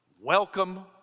welcome